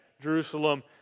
Jerusalem